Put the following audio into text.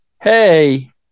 Hey